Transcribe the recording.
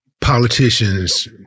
politicians